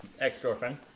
ex-girlfriend